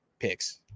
Picks